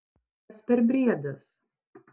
kas per briedas